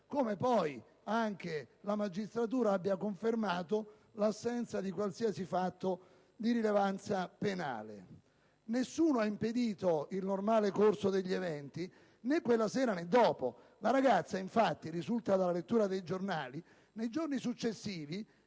come poi la magistratura ha confermato l'assenza di qualsiasi fatto di rilevanza penale. Nessuno ha impedito il normale corso degli eventi, né quella sera né dopo. La ragazza infatti, come risulta dalla lettura dei giornali, nei giorni successivi